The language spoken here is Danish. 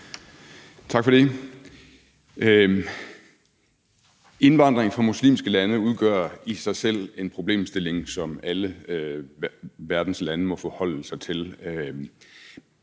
Tak for det. Indvandring fra muslimske lande udgør i sig selv en problemstilling, som alle verdens lande må forholde sig til,